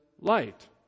light